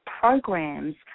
programs